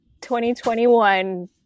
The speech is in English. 2021